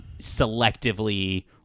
selectively